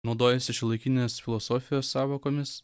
naudojasi šiuolaikinės filosofijos sąvokomis